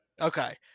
Okay